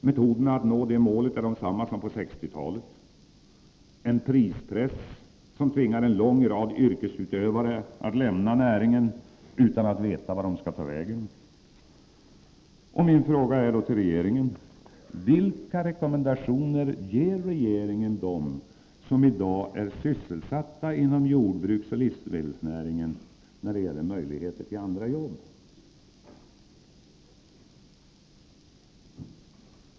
Metoderna att nå det målet är desamma som på 1960-talet — en prispress, som tvingar en lång rad yrkesutövare att lämna näringen utan att veta vart de skall ta vägen. Min fråga till regeringen är då: Vilka rekommendationer ger regeringen dem som i dag är sysselsatta inom jordbruksoch livsmedelsnäringen när det gäller möjligheter till andra jobb?